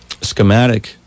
schematic